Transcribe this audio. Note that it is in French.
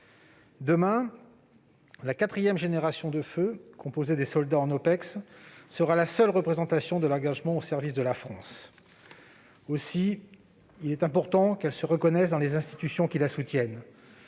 Demain, la quatrième génération du feu, composée des soldats en OPEX, sera la seule représentation de l'engagement au service de la France. Aussi, il est important qu'elle se reconnaisse dans les institutions qui la soutiennent.